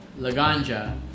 Laganja